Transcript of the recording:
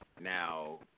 Now